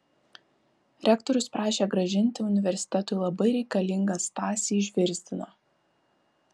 rektorius prašė grąžinti universitetui labai reikalingą stasį žvirzdiną